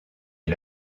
est